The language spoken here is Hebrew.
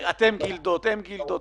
אתם גילדות, הם גילדות.